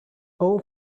all